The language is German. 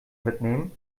mitnehmen